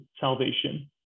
salvation